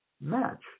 match